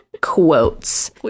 quotes